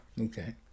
Okay